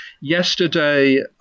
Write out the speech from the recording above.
Yesterday